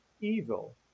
evil